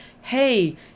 hey